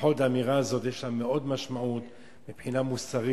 לפחות האמירה הזאת יש לה משמעות רבה מבחינה מוסרית,